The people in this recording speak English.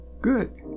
good